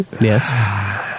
yes